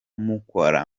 mukora